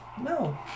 No